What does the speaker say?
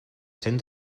cent